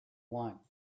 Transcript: want